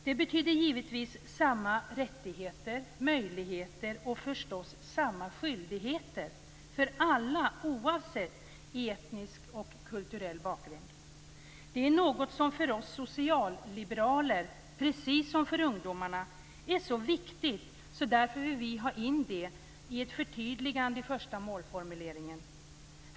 Det betyder givetvis samma rättigheter, möjligheter och förstås samma skyldigheter för alla, oavsett etnisk och kulturell bakgrund. Det är något som för oss socialliberaler, precis som för ungdomarna, är så viktigt att vi därför vill ha in det i ett förtydligande i första målförmuleringen.